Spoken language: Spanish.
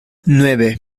nueve